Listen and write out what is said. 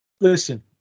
Listen